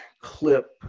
clip